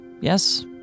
yes